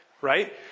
right